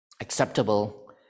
acceptable